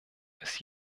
ist